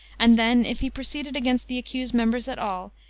and then, if he proceeded against the accused members at all,